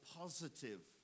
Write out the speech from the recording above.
positive